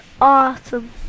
awesome